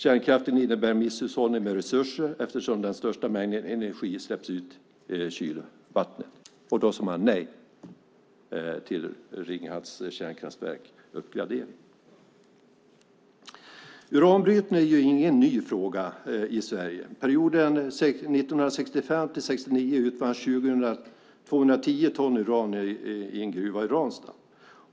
Kärnkraften innebär misshushållning med resurser eftersom den största mängden energi släpps ut som kylvatten. Därför sade man nej till uppgradering av Ringhals kärnkraftverk. Uranbrytning är ingen ny fråga i Sverige. Under perioden 1965-1969 utvanns 210 ton uran i en gruva i Ranstad.